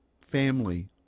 family